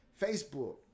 Facebook